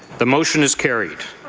the motion is carried.